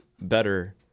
better